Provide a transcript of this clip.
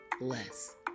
less